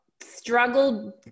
struggled